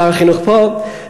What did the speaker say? שר החינוך פה,